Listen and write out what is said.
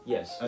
Yes